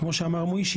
כמו שאמר משה,